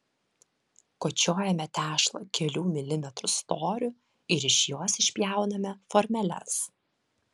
kočiojame tešlą kelių milimetrų storiu ir iš jos išpjauname formeles